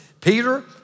Peter